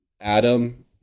Adam